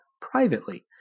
privately